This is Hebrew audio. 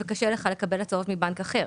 וקשה לך לקבל הצעות מבנק אחר,